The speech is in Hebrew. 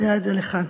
מביאה את זה לכאן.